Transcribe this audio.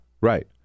right